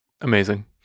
amazing